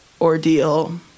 ordeal